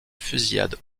fusillade